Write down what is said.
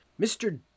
mr